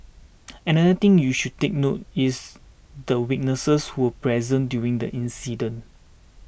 another thing you should take note is the witnesses who were present during the incident